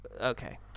Okay